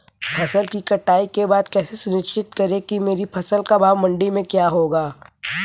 फसल की कटाई के बाद कैसे सुनिश्चित करें कि मेरी फसल का भाव मंडी में क्या होगा?